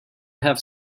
have